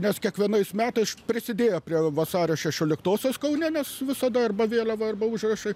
nes kiekvienais metais prisidėjo prie vasario šešioliktosios kaune nes visada arba vėliava arba užrašai